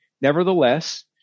nevertheless